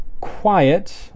quiet